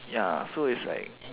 ya so it's like